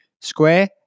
square